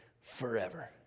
forever